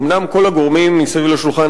אומנם כל הגורמים מסביב לשולחן,